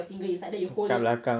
dekat belakang eh